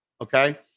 Okay